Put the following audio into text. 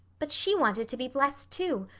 but she wanted to be blessed, too,